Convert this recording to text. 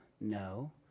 No